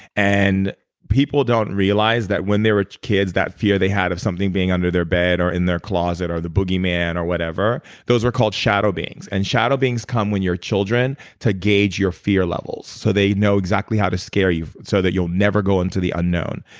and people don't realize that when they were kids, that fear they had of something being under their bed or in their closet, or the boogeyman or whatever, those were called shadow beings. and shadow beings come when you're children to gauge your fear levels. so they know exactly how to scare you so that you'll never go into the unknown.